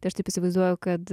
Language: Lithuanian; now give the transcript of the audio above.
tai aš taip įsivaizduoju kad